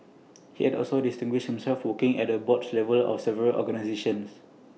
he has also distinguished himself working at the board level of several organisations